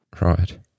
Right